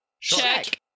Check